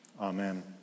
Amen